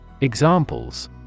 Examples